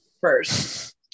first